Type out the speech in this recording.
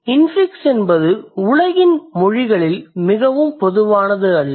infix என்பது உலகின் மொழிகளில் மிகவும் பொதுவானது அல்ல